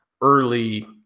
early